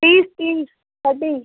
तीस तीस थर्टी